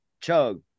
chug